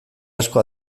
asko